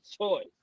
choice